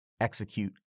Execute